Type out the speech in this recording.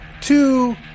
two